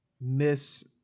miss